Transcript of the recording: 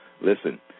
Listen